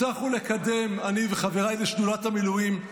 הצלחנו לקדם, אני וחבריי לשדולת המילואים,